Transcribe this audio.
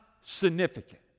significant